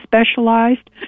specialized